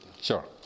Sure